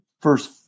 first